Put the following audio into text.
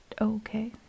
Okay